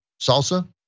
salsa